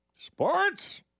Sports